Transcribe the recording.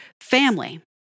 family